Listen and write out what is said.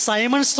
Simon